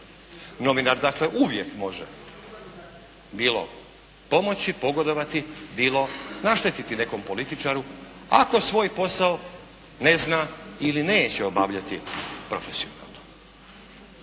Novinar dakle uvijek može bilo pomoći, pogodovati, bilo naštetiti nekom političaru ako svoj posao ne zna ili neće obavljati profesionalno.